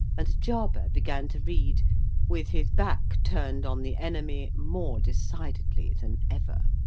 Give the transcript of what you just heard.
and jarber began to read with his back turned on the enemy more decidedly than ever.